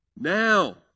Now